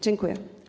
Dziękuję.